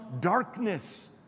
darkness